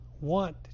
want